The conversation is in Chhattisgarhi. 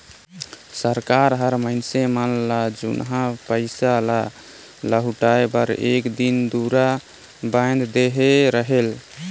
सरकार हर मइनसे मन ल जुनहा पइसा ल लहुटाए बर एक दिन दुरा बांएध देहे रहेल